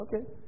Okay